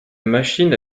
machine